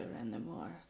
anymore